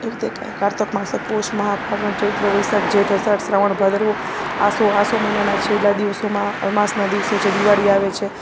એ રીતે કારતક માગશર પોષ મહા ફાગણ ચૈત્ર વૈસાખ જેઠ અષાઢ શ્રાવણ ભાદરવો આસો આસો મહિનાના છેલ્લા દિવસોમાં અમાસના દિવસે છે દિવાળી આવે છે